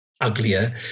uglier